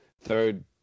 third